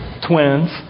Twins